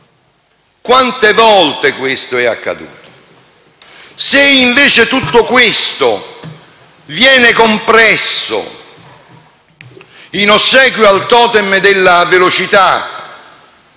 Quante volte è accaduto? Tutto questo viene compresso in ossequio al *totem* della velocità